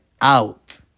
out